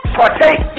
partake